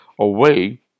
away